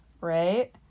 right